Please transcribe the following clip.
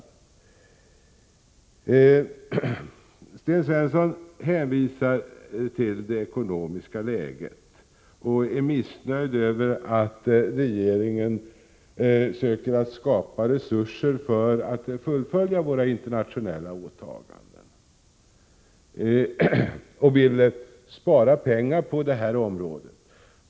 Sten Svensson hänvisar till det ekonomiska läget och är missnöjd över att regeringen söker skapa resurser för att fullfölja våra internationella åtaganden, och han vill spara pengar på det här området.